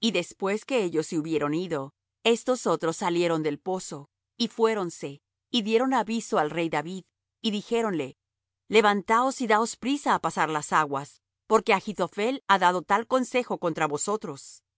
y después que ellos se hubieron ido estotros salieron del pozo y fuéronse y dieron aviso al rey david y dijéronle levantaos y daos priesa á pasar las aguas porque achitophel ha dado tal consejo contra vosotros